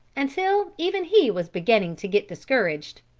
until even he was beginning to get discouraged.